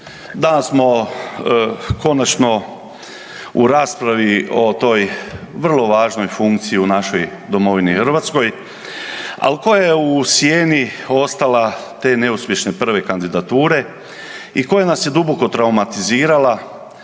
danas smo konačno u raspravi o toj vrlo važnoj funkciji u našoj domovini Hrvatskoj, ali koja je u sjeni ostala te neuspješne prve kandidature i koja nas je duboko traumatizirala